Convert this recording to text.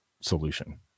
solution